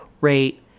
rate –